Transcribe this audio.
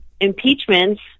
impeachments